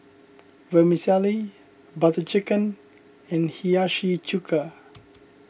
Vermicelli Butter Chicken and Hiyashi Chuka